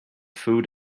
food